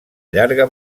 llarga